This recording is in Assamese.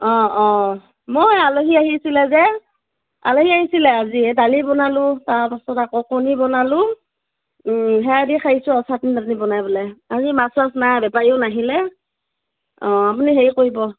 অ অ মই আলহী আহিছিলে যে আলহী আহিছিলে আজি এই দালি বনালোঁ তাৰপিছত আকৌ কণী বনালোঁ ওম সেয়াই দি খাইছোঁ আৰু ছাটনী তাতনী বনাই পেলাই আজি মাছ চাছ নাই বেপাৰীও নাহিলে অ আপুনি হেৰি কৰিব